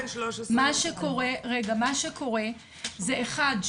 מה שקורה זה אחד,